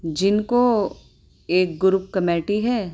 جن کو ایک گروپ کمیٹی ہے